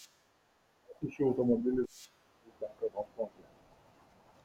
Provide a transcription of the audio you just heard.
daugiausiai šių automobilių vienam žmogui tenka honkonge